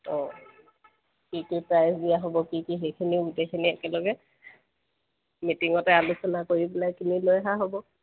অ' কি কি প্ৰাইজ দিয়া হ'ব কি কি সেইখিনিও গোটেইখিনি একেলগে মিটিঙতে আলোচনা কৰি পেলাই কিনি লৈ অহা হ'ব